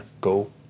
Go